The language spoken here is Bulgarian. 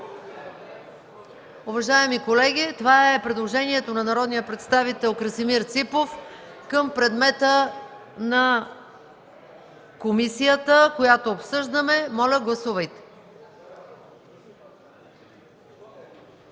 Уважаеми колеги, това е предложението на народния представител Красимир Ципов към предмета на комисията, която обсъждаме. Моля, гласувайте.